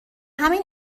همین